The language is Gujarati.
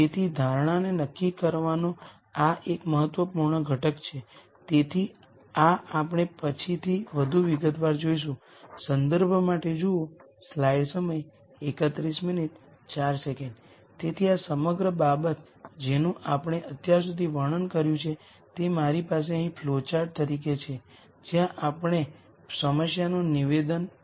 તેથી આ સાથે અમે લિનિયર એલ્જીબ્રા મોટાભાગના મહત્વપૂર્ણ મૂળભૂત વિચારોનું વર્ણન કર્યું છે કે જે પછીની સામગ્રીમાં આપણે થોડો ઉપયોગ કરીશું